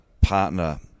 partner